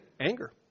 anger